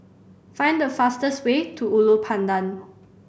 find the fastest way to Ulu Pandan